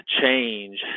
change